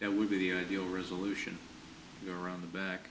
that would be the ideal resolution around the